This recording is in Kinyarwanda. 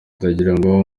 ndagirango